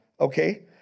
okay